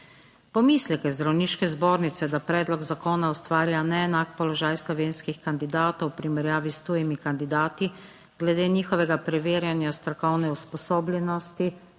Pomisleke zdravniške zbornice, da predlog zakona ustvarja neenak položaj slovenskih kandidatov v primerjavi s tujimi kandidati glede njihovega preverjanja strokovne usposobljenosti